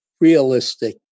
realistic